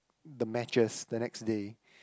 the matches the next day